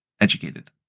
educated